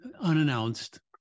unannounced